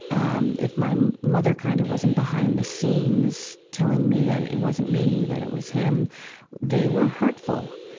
um, if my mother kind of wasn't behind the scenes telling me that it wasn't me, that it was him they were hurtful.